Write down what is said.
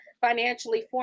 financially